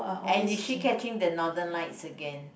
and is she catching the Northern Lights again